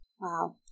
Wow